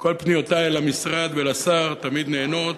שכל פניותי למשרד ולשר תמיד נענות.